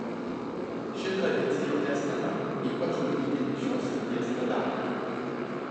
ši tradicija tęstina ypač ugdytini šios srities redaktoriai